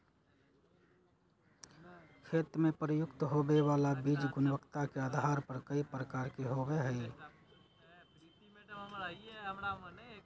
खेतवन में प्रयुक्त होवे वाला बीज गुणवत्ता के आधार पर कई प्रकार के होवा हई